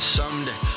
someday